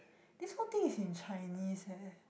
this whole thing is in Chinese eh